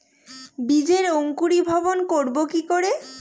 বীজের অঙ্কুরিভবন করব কি করে?